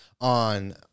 on